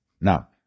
now